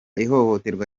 ihohoterwa